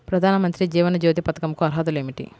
ప్రధాన మంత్రి జీవన జ్యోతి పథకంకు అర్హతలు ఏమిటి?